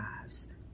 lives